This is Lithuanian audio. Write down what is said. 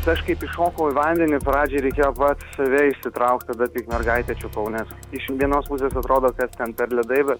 aš kaip įšokau į vandenį pradžiai reikėjo vat save išsitraukt tada tik mergaitę čiupau nes iš vienos pusės atrodo kad ten dar ledai bet